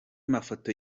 mafoto